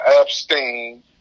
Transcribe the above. abstain